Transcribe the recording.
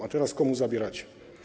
A teraz: komu zabieracie?